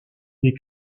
des